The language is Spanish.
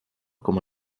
como